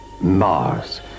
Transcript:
Mars